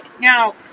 Now